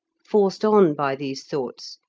forced on by these thoughts,